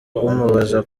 umubaza